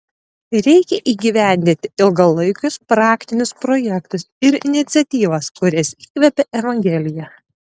reikia įgyvendinti ilgalaikius praktinius projektus ir iniciatyvas kurias įkvepia evangelija